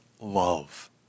love